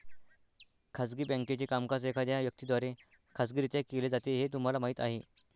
खाजगी बँकेचे कामकाज एखाद्या व्यक्ती द्वारे खाजगीरित्या केले जाते हे तुम्हाला माहीत आहे